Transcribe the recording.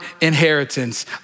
inheritance